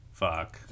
fuck